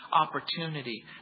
opportunity